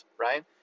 right